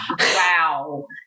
wow